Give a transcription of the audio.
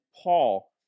Paul